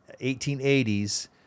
1880s